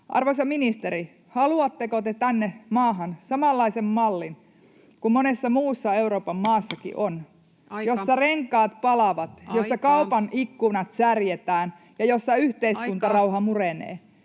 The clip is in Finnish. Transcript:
Arvoisa ministeri, haluatteko te tänne maahan samanlaisen mallin kuin monessa muussa Euroopan maassakin on, [Puhemies: Aika!] jossa renkaat palavat, [Puhemies: Aika!] jossa kaupan ikkunat särjetään ja jossa yhteiskuntarauha murenee?